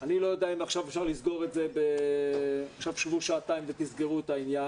אני לא יודע אם אפשר לסגור את זה בזה שהם ישבו שעתיים ויסגרו את העניין.